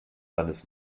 seines